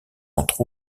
entre